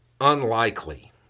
unlikely